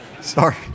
Sorry